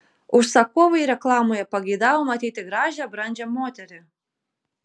užsakovai reklamoje pageidavo matyti gražią brandžią moterį